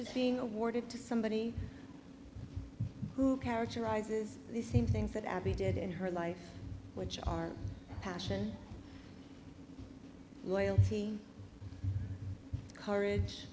being awarded to somebody who characterizes the same things that abby did in her life which are passion loyalty courage